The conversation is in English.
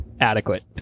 adequate